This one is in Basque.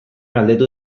galdetu